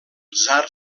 tsar